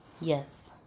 Yes